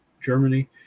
germany